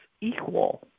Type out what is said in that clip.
equal